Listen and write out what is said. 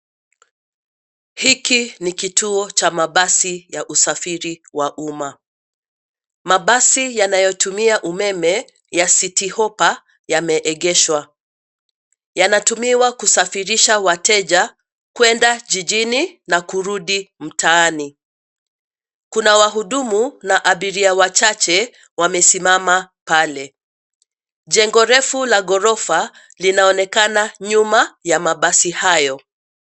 Hiki ni kituo cha mabasi ya usafiri wa umma. Mabasi yanayotumia umeme, ya Citi Hoppa , yameegeshwa. Yanatumiwa kusafirisha wateja, kwenda jijini na kurudi mtaani. Kuna wahudumu na abiria wachache, wamesimama pale. Jengo refu la ghorofa, linaonekana nyuma ya mabasi hayo.